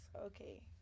okay